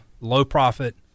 low-profit